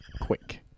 Quick